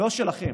לא שלכם,